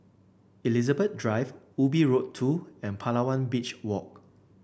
Elizabeth Drive Ubi Road Two and Palawan Beach Walk